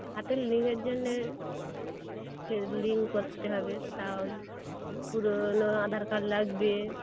ওই হাতের লিঙ্কের জন্যে এ লিঙ্ক করতে হবে তা ওই পুরনো আধার কার্ড লাগবে